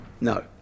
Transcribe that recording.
No